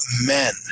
men